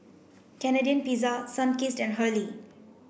Canadian Pizza Sunkist and Hurley